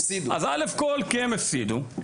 ראשית, כי הם הפסידו.